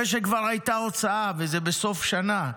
אחרי שכבר הייתה הוצאה וזה בסוף שנה,